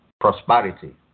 Prosperity